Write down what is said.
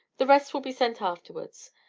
the rest will be sent afterwards.